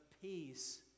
peace